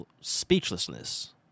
speechlessness